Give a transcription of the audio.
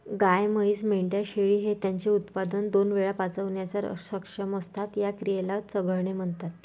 गाय, म्हैस, मेंढ्या, शेळी हे त्यांचे अन्न दोन वेळा पचवण्यास सक्षम असतात, या क्रियेला चघळणे म्हणतात